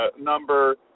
number